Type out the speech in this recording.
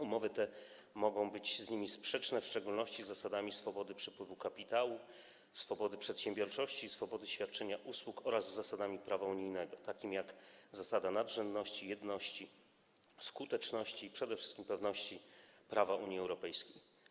Umowy te mogą być z nimi sprzeczne, w szczególności z zasadami swobody przepływu kapitału, swobody przedsiębiorczości i swobody świadczenia usług oraz z zasadami prawa unijnego, takimi jak zasada nadrzędności, jedności, skuteczności i przede wszystkim pewności prawa Unii Europejskiej.